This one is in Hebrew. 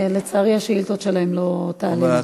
לצערי, השאילתות שלהם לא תעלינה.